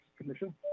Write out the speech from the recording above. commission